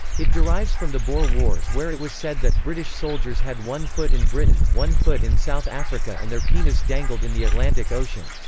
it derives from the boer wars where it was said that british soldiers had one foot in britain, one foot in south africa and their penis dangled in the atlantic ocean.